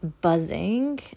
buzzing